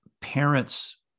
parents